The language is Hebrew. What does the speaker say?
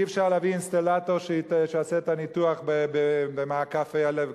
אי-אפשר להביא אינסטלטור שיעשה את ניתוח מעקפי הלב,